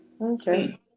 Okay